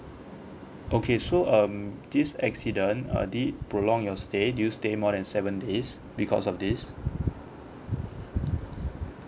okay so um this accident uh did prolong your stay do you stay more than seven days because of this